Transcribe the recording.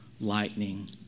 lightning